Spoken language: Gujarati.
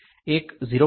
એક 0